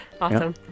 awesome